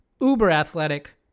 uber-athletic